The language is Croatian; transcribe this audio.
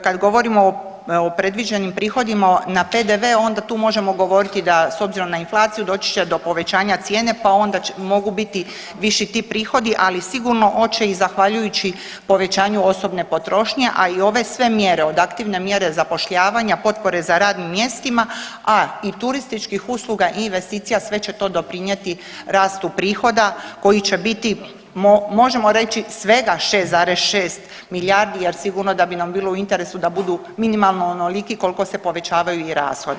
Kad govorimo o predviđenim prihodima na PDV, onda tu možemo govoriti da s obzirom na inflaciju, doći će do povećanja cijene pa onda mogu biti viši ti prihodi, ali sigurno hoće i zahvaljujući povećanju osobne potrošnje, a i ove sve mjere, od aktivne mjere zapošljavanja, potpore za radnim mjestima, a i turističkih usluga i investicija, sve će to doprinijeti rastu prihoda koji će biti, možemo reći, svega 6,6 milijardi jer sigurno da bi nam bilo u interesu da budu minimalno onoliki koliko se povećavaju i rashodi.